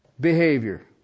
behavior